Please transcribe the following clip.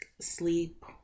sleep